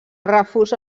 refusa